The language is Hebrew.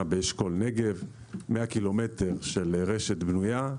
באשכול נגב 100 קילומטר של רשת בנויה,